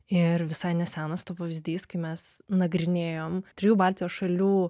ir visai nesenas to pavyzdys kai mes nagrinėjom trijų baltijos šalių